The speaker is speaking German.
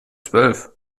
zwölf